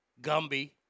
Gumby